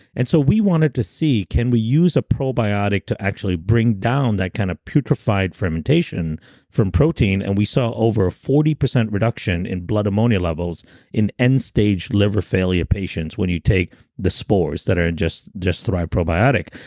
and so we wanted to see, can we use a probiotic to actually bring down that bulletproof radio kind of putrefied fermentation from protein and we saw over forty percent reduction in blood ammonia levels in end stage liver failure patients when you take the spores that are and just just the right probiotic.